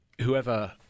whoever